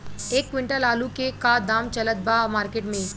एक क्विंटल आलू के का दाम चलत बा मार्केट मे?